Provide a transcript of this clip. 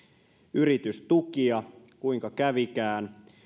yritystukia kuinka kävikään